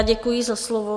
Děkuji za slovo.